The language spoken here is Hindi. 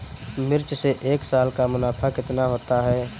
मिर्च से एक साल का मुनाफा कितना होता है?